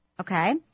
Okay